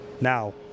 Now